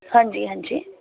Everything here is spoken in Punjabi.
ਹਾਂਜੀ ਹਾਂਜੀ